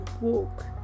walk